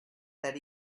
that